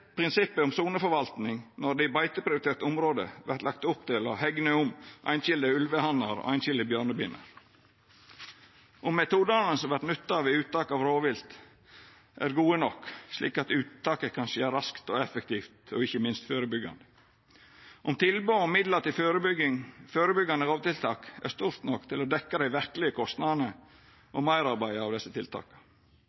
prinsippet om soneforvaltning når det i beiteprioriterte område vert lagt opp til å hegna om einskilde ulvehannar og einskilde bjørnebinner om metodane som vert nytta ved uttak av rovvilt, er gode nok, slik at uttaket kan skje raskt og effektivt og ikkje minst vera førebyggjande om tilbodet om midlar til førebyggjande rovdyrtiltak er stort nok til å dekkja dei verkelege